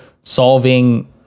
solving